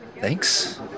Thanks